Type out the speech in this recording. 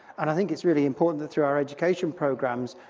and i think it's really important that through our education programs,